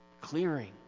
clearing